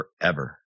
forever